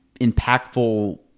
impactful